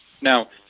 Now